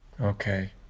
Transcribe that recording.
Okay